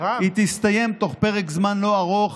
היא תסתיים בתוך פרק זמן לא ארוך,